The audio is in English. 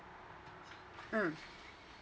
mm